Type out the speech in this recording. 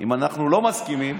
אם אנחנו לא מסכימים,